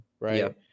right